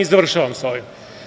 Završavam sa ovim.